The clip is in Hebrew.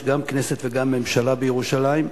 יש גם כנסת וגם ממשלה בירושלים,